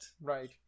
Right